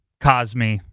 Cosme